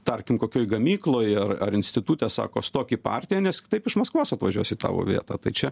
tarkim kokioj gamykloj ar ar institute sako stok į partiją nes kitaip iš maskvos atvažiuos į tavo vietą tai čia